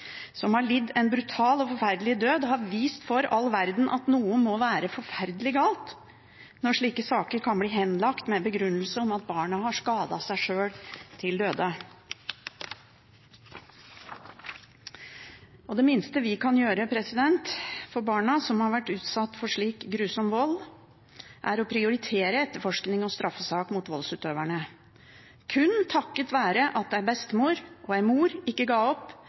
en brutal og forferdelig død, har vist for all verden at noe må være forferdelig galt når slike saker kan bli henlagt med begrunnelse om at barnet har skadet seg sjøl til døde. Det minste vi kan gjøre for barna som har vært utsatt for slik grusom vold, er å prioritere etterforskning og straffesak mot voldsutøverne. Kun takket være at en bestemor og en mor ikke ga opp,